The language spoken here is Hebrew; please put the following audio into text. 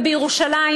ובירושלים,